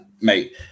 mate